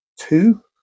two